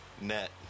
net